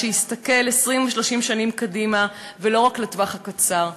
שיסתכל 20 ו-30 שנים קדימה ולא רק לטווח הקצר.